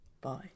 bye